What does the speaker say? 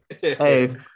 Hey